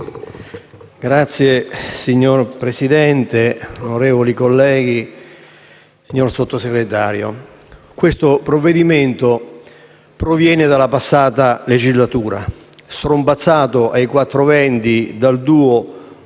XVII)*. Signora Presidente, onorevoli colleghi, signor Sottosegretario, il provvedimento in esame proviene dalla passata legislatura quando, strombazzato ai quattro venti dal duo